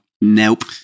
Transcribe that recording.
Nope